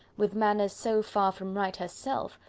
with manners so far from right herself,